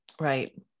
Right